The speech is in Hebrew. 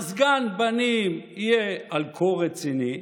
מזגן בנים יהיה על קור רציני,